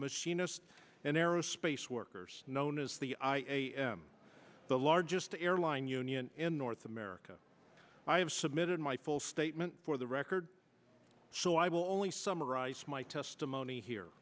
machinists and aerospace workers known as the i am the largest airline union in north america i have submitted my full statement for the record so i will only summarize my testimony here